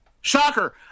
shocker